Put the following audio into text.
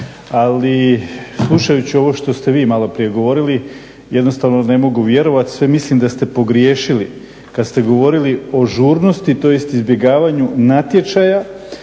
Ali slušajući ovo što ste vi malo prije govorili, jednostavno ne mogu vjerovati. Sve mislim da ste pogriješili kad ste govorili o žurnosti, tj. izbjegavanju natječaja,